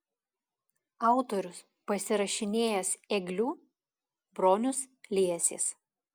autorius pasirašinėjęs ėgliu bronius liesis